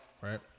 right